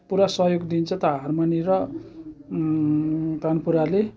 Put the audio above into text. पुरा सहयोग दिन्छ त हारमोनी र तानपुराले